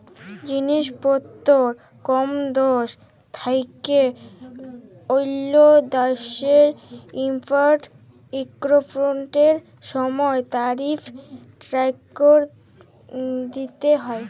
জিলিস পত্তর কল দ্যাশ থ্যাইকে অল্য দ্যাশে ইম্পর্ট এক্সপর্টের সময় তারিফ ট্যাক্স দ্যিতে হ্যয়